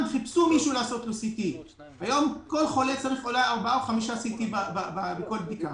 פעם חיפשו מישהו לעשות לו CT היום כל חולה צריך אולי 4,5 CT בכל בדיקה.